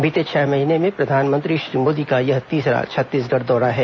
बीते छह महीने में प्रधानमंत्री श्री मोदी का यह तीसरा छत्तीसगढ़ दौरा है